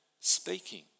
speaking